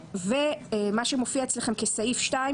ומה שמופיע אצלכם כסעיף 2,